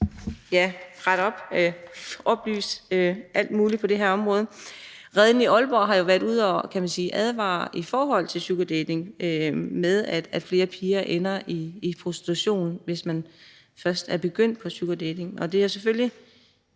at rette op, oplyse og alt muligt andet på det her område. Reden i Aalborg har jo været ude at advare imod sugardating, i forhold til at flere piger ender i prostitution, hvis de først er begyndt på sugardating.